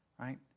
right